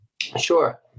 sure